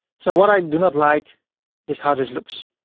so what i do not like is how this looks.